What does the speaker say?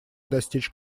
достичь